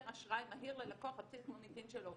אשראי מהיר ללקוח על פי המוניטין שלו.